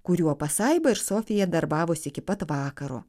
kuriuo pasaiba ir sofija darbavosi iki pat vakaro